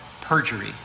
perjury